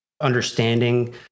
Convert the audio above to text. understanding